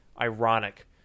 ironic